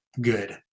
good